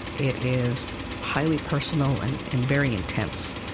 it is highly personal and and very intense.